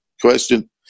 question